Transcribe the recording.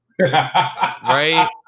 right